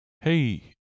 hey